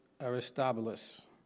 Aristobulus